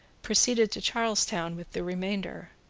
proceeded to charlestown with the remainder.